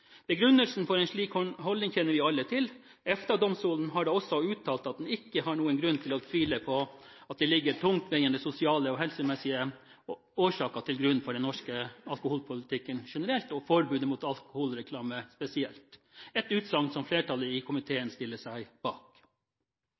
Begrunnelsen for en slik holdning kjenner vi alle til. EFTA-domstolen har da også uttalt at den ikke har noen grunn til å tvile på at det ligger tungtveiende sosiale og helsemessig årsaker til grunn for den norske alkoholpolitikken generelt og forbudet mot alkoholreklame spesielt, et utsagn som flertallet i